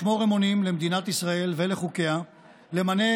אדוני השר לשעבר אמסלם: צבועים מארץ הצבועים.